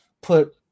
put